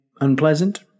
unpleasant